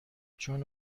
چون